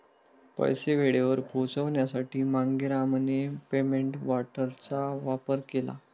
पैसे वेळेवर पोहोचवण्यासाठी मांगेरामने पेमेंट वॉरंटचा वापर केला